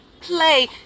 Play